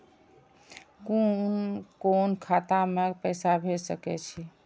कुन कोण खाता में पैसा भेज सके छी?